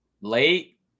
Late